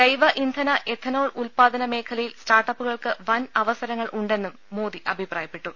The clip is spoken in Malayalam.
ജൈവ ഇന്ധന എഥനോൾ ഉദ്പാദന മേഖലയിൽ സ്റ്റാർട്ടപ്പുകൾക്ക് വൻ അവസ രങ്ങൾ ഉണ്ടെന്നും മോദി അഭിപ്രായപ്പെട്ടു